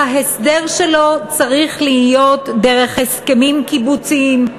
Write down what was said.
שההסדר שלו צריך להיות דרך הסכמים קיבוציים.